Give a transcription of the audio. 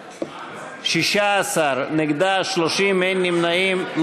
16, נגדה, 30, אין נמנעים.